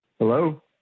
Hello